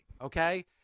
Okay